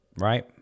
right